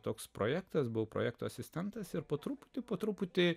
toks projektas buvo projekto asistentas ir po truputį po truputį